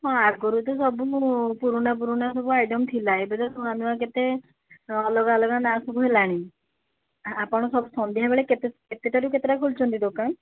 ହଁ ଆଗରୁ ତ ସବୁ ମୁଁ ପୁରୁଣା ପୁରୁଣା ସବୁ ଆଇଟମ୍ ଥିଲା ଏବେ ତ ନୂଆ ନୂଆ କେତେ ଅଲଗା ଅଲଗା ନାଁ ସବୁ ହେଲାଣି ଆ ଆପଣ ସବୁ ସନ୍ଧ୍ୟାବେଳେ କେତେଟାରୁ କେତେଟା ଖୋଲୁଛନ୍ତି ଦୋକାନ